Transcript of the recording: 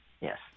Yes